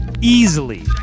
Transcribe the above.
easily